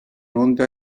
onda